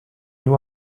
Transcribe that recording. you